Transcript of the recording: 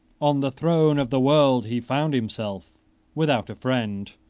on the throne of the world he found himself without a friend,